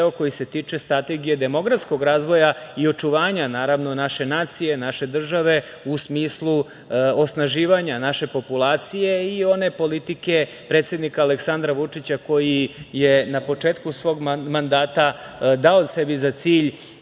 koji se tiče strategije demografskog razvoja i očuvanja naše nacije, naše države u smislu osnaživanja naše populacije i one politike predsednika Aleksandra Vučića koji je na početku svog mandata dao sebi za cilj